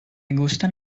gustan